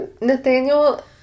Nathaniel